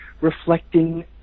reflecting